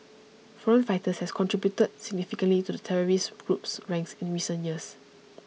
foreign fighters has contributed significantly to the terrorist group's ranks in recent years